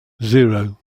zero